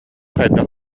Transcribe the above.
хайдах